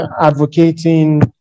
advocating